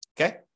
Okay